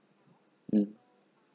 mm